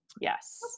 yes